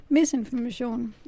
Misinformation